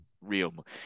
real